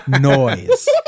noise